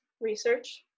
research